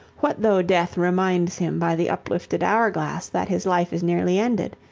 what though death reminds him by the uplifted hourglass that his life is nearly ended?